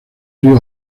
río